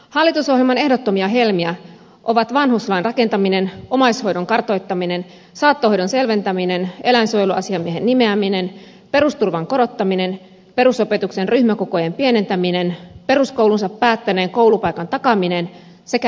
hallitusohjelman ehdottomia helmiä ovat vanhuslain rakentaminen omaishoidon kartoittaminen saattohoidon selventäminen eläinsuojeluasiamiehen nimeäminen perusturvan korottaminen perusopetuksen ryhmäkokojen pienentäminen peruskoulunsa päättäneen koulupaikan takaaminen sekä itämeren suojelu